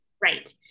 Right